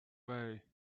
way